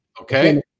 Okay